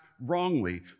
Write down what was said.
wrongly